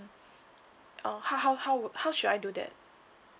uh how how how would how should I do that